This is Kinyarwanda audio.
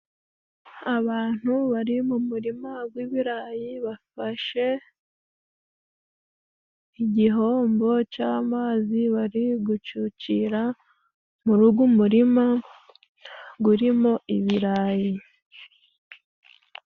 Abantu bari mu murima w'ibirayi, bafashe igihombo c'amazi, bari gucucira mu rugu, murima gurimo ibirayi.